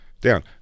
Down